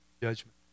Judgment